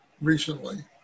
recently